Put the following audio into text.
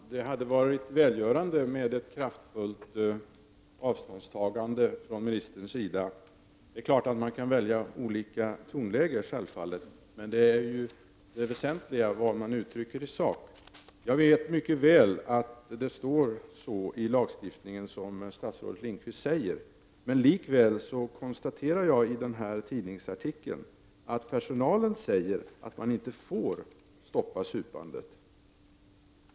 Fru talman! Det hade varit välgörande med ett kraftfullt avståndstagande från ministerns sida. Man kan självfallet välja olika tonläge, men det väsentliga är vad man uttrycker i sak. Jag vet mycket väl att formuleringen i lagstiftningen är den statsrådet Lindqvist anger. Likväl kan jag i den aktuella tidningsartikeln konstatera att personalen säger att de inte får stoppa supandet.